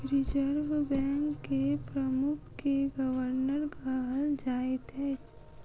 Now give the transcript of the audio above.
reserve bank के प्रमुख के गवर्नर कहल जाइत अछि